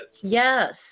Yes